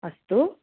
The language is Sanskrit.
अस्तु